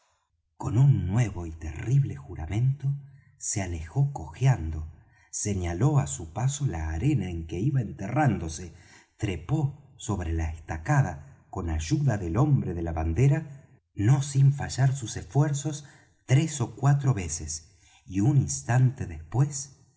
con un nuevo y terrible juramento se alejó cojeando señaló á su paso la arena en que iba enterrándose trepó sobre la estacada con ayuda del hombre de la bandera no sin fallar sus esfuerzos tres ó cuatro veces y un instante después